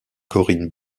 corinne